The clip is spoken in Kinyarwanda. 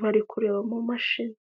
bari kureba mu mumashini.